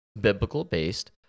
biblical-based